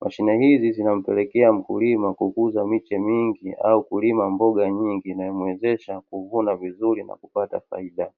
Mashine hizi zinampelekea mkulima kukuza miche mingi au kulima mboga nyingi, inayomuwezesha kuvuna vizuri na kupata faida.